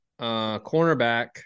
Cornerback